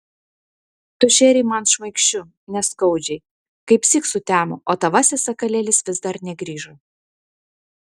tu šėrei man šmaikščiu neskaudžiai kaipsyk sutemo o tavasis sakalėlis vis dar negrįžo